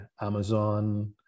Amazon